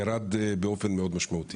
ירד באופן מאוד משמעותי